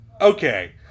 okay